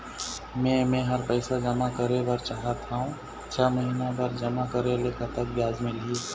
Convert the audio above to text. मे मेहर पैसा जमा करें बर चाहत हाव, छह महिना बर जमा करे ले कतक ब्याज मिलही?